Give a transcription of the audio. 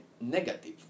negative